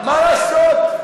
מה לעשות.